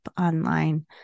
online